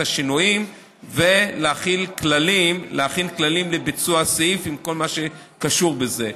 השינויים ולהכין כללים לביצוע הסעיף עם כל מה שקשור בזה.